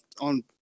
on